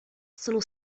sono